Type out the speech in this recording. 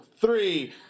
three